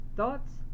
Thoughts